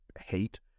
hate